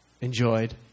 enjoyed